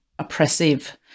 oppressive